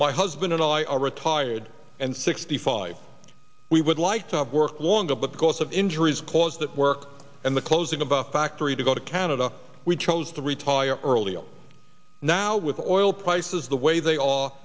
my husband and i are retired and sixty five we would like to work longer but because of injuries caused that work and the closing about factory to go to canada we chose to retire earlier now with oil prices the way they a